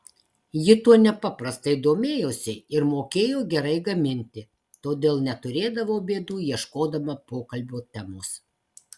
ji tuo nepaprastai domėjosi ir mokėjo gerai gaminti todėl neturėdavo bėdų ieškodama pokalbio temos